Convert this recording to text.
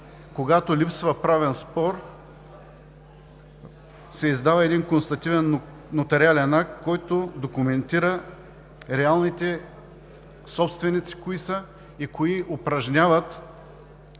когато липсва правен спор, се издава един констативен нотариален акт, който документира кои са реалните собственици и кои упражняват